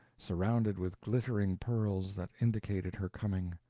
surrounded with glittering pearls, that indicated her coming.